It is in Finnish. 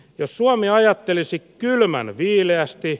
jos suami ajattelisi kylmän viileästi